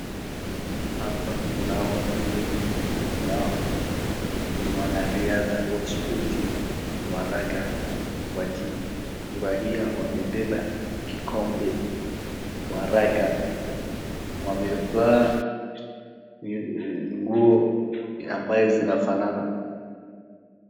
Hapa kuna watu wengi ambao ni wanariadha wa spoti wa raga, wakifurahia wamebeba kikombe wa raga, wamevaa nguo ambazo zinafanana.